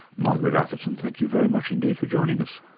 margaret atherton, thank you very much indeed for joining us.